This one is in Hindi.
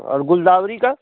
और गुलदावरी का